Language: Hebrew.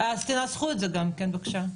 תנסחו את זה בבקשה.